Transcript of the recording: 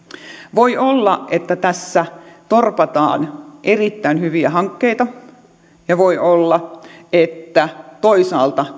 voi olla että tässä torpataan erittäin hyviä hankkeita ja voi olla että toisaalta